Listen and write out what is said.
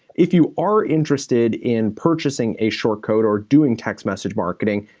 if you are interested in purchasing a short code or doing text message marketing,